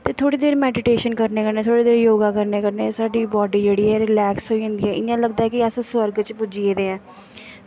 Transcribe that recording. ते थोह्ड़ी देर मैडिटेशन करने कन्नै थोह्ड़ी देर योगा करने कन्नै साढ़ी बाड्डी जेह्ड़ी ऐ रलैक्स होई जंदी ऐ इ'यां लगदा ऐ कि अस स्वर्ग च पुज्जी गेदे ऐं